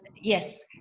yes